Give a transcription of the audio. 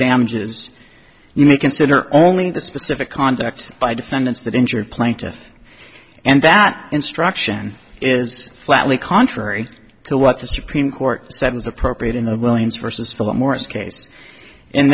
damages you may consider only the specific conduct by defendants that injured plaintiff and that instruction is flatly contrary to what the supreme court said is appropriate in a williams versus philip morris case